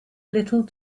little